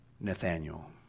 Nathaniel